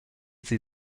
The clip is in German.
sie